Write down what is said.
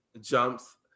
jumps